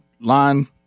line